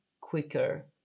quicker